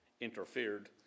interfered